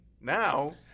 now—